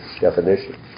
definition